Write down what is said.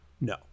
No